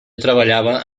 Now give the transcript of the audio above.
treballava